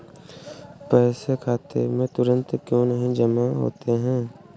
पैसे खाते में तुरंत क्यो नहीं जमा होते हैं?